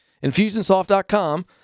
Infusionsoft.com